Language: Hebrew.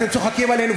אתם צוחקים עלינו,